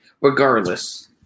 regardless